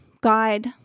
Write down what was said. guide